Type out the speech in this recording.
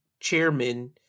chairman